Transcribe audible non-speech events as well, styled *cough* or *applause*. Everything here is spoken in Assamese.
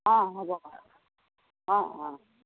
অঁ হ'ব *unintelligible* অঁ অঁ